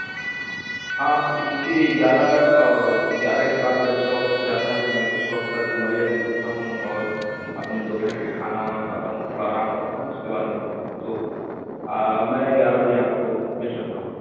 ہاں یہ کیونکہ گیارہ اور گیارہ کے بعد لنچ کا وقت ہو جاتا ہے تو میں کچھ وقت تک ڈومریا گنج رکتا ہوں اور اپنے دوپہر کے کھانا وانا کھاتا ہوں تھوڑا آرام کرتا ہوں اس کے بعد نکلتا ہوں تو میں گیارہ بجے آپ کو مل سکتا ہوں